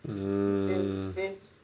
mm